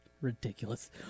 Ridiculous